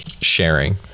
sharing